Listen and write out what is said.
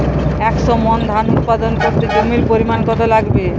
একশো মন ধান উৎপাদন করতে জমির পরিমাণ কত লাগবে?